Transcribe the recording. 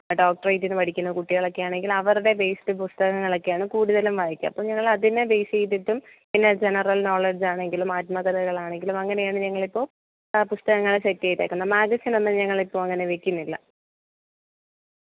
ആ ഡോക്റ്ററേറ്റിനു പഠിക്കുന്ന കുട്ടികളൊക്കെ ആണെങ്കിലവരുടെ ബേസ്ഡ് പുസ്തകങ്ങളൊക്കെയാണ് കൂടുതലും വായിക്കുക അപ്പം ഞങ്ങളതിനേ ബേയ്സ് ചെയ്തിട്ടും പിന്നെ ജനറൽ നോളഡ്ജ് ആണെങ്കിലും ആത്മകഥകളാണെങ്കിലും അങ്ങനെയാണ് ഞങ്ങളിപ്പോൾ ആ പുസ്തകങ്ങൾ സെറ്റ് ചെയ്തിരിക്കുന്നത് മാഗസിനൊന്നും ഞങ്ങളിപ്പോൾ അങ്ങനെ വെക്കുന്നില്ല